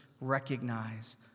recognize